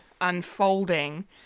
unfolding